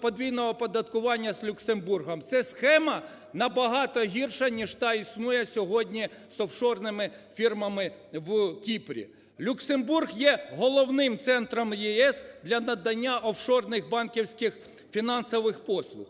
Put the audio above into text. подвійного оподаткування з Люксембургом. Це схема набагато гірша, ніж та існує сьогодні з офшорними фірмами в Кіпрі. Люксембург є головним центром ЄС для надання офшорних банківських фінансових послуг.